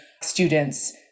students